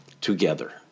together